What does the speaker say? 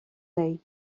day